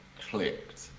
clicked